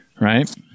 right